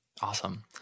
Awesome